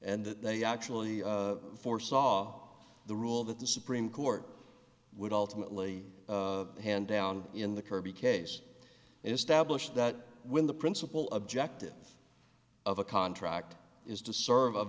and that they actually foresaw the rule that the supreme court would ultimately hand down in the kirby case and establish that when the principal objective of a contract is to serve a